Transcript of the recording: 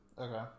Okay